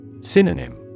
Synonym